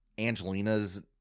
Angelina's